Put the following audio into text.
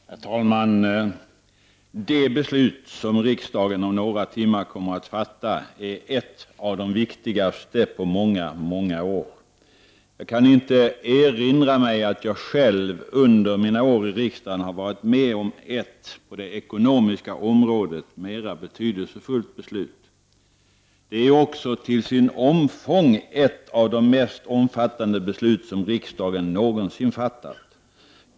Herr talman! Det beslut riksdagen om några timmar kommer att fatta är ett av de viktigaste på många många år. Jag kan inte erinra mig att jag själv under mina år i riksdagen har varit med om ett på det ekonomiska området mera betydelsefullt beslut. Det är också till sitt omfång ett av de mest omfattande beslut som riksdagen någonsin fattat.